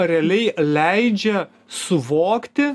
realiai leidžia suvokti